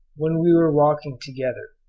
when we were walking together,